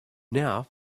now